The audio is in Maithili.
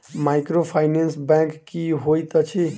माइक्रोफाइनेंस बैंक की होइत अछि?